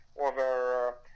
over